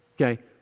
Okay